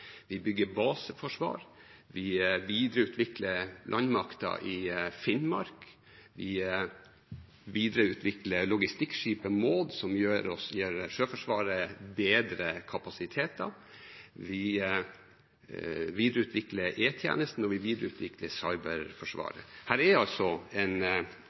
vi bygger baseforsvar, vi videreutvikler landmakta i Finnmark, vi videreutvikler logistikkskipet KNM «Maud», som gir Sjøforsvaret bedre kapasiteter, vi videreutvikler E-tjenesten, og vi videreutvikler cyberforsvaret. Det er altså en